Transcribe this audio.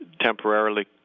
temporarily